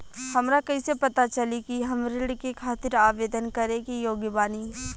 हमरा कइसे पता चली कि हम ऋण के खातिर आवेदन करे के योग्य बानी?